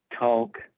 talk